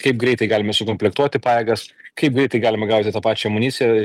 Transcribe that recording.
kaip greitai galime sukomplektuoti pajėgas kaip greitai galima gauti tą pačią amuniciją